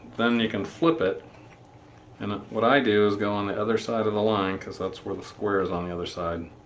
then you can flip it and what i do is go on the other side of the line because that's where the square is on the other side.